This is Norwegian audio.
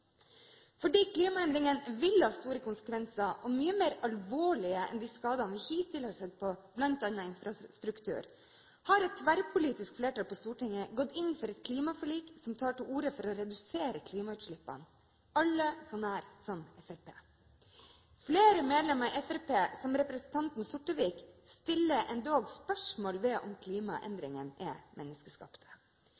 Fordi klimaendringene vil få store konsekvenser og være mye mer alvorlige enn de skadene vi hittil har sett, bl.a. på infrastruktur, har et tverrpolitisk flertall på Stortinget – alle så nær som Fremskrittspartiet – gått inn for et klimaforlik der en tar til orde for å redusere klimautslippene. Flere medlemmer i Fremskrittspartiet, som f.eks. representanten Sortevik, stiller endog spørsmål ved om